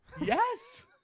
Yes